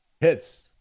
hits